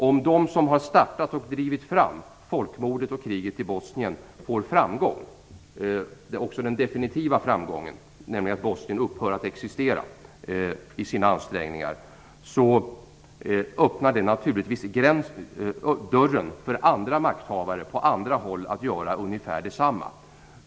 Om de som har startat och drivit fram folkmordet och kriget i Bosnien når den definitiva framgången, nämligen att Bosnien upphör att existera, öppnar det naturligtvis dörren för andra makthavare på andra håll, så att de kan göra ungefär detsamma.